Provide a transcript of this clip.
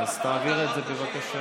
אז תעביר את זה, בבקשה.